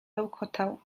bełkotał